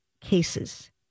cases